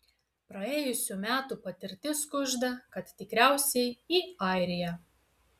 praėjusių metų patirtis kužda kad tikriausiai į airiją